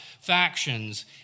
factions